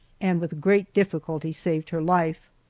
and with great difficulty saved her life.